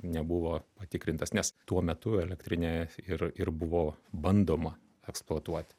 nebuvo patikrintas nes tuo metu elektrinė ir ir buvo bandoma eksploatuoti